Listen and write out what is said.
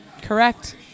Correct